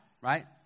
right